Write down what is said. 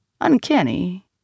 Uncanny